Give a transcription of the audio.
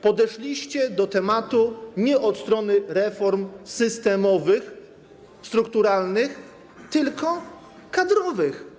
Podeszliście do tematu nie od strony reform systemowych, strukturalnych, tylko kadrowych.